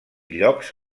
llocs